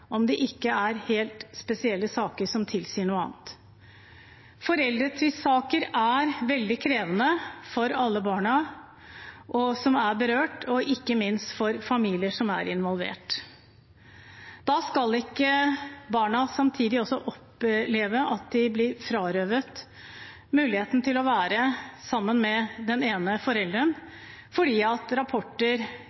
om det ikke er helt spesielle saker som tilsier noe annet. Foreldretvistsaker er veldig krevende for alle barna som er berørt, og ikke minst for familier som er involvert. Da skal ikke barna samtidig også oppleve at de blir frarøvet muligheten til å være sammen med den ene